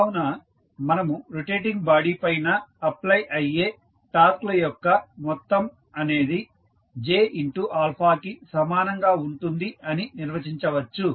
కావున మనము rotating body పైన అప్ప్లై అయ్యే టార్క్ ల యొక్క మొత్తం అనేది Jα కి సమానంగా ఉంటుంది అని నిర్వచించవచ్చు